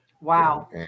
Wow